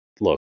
look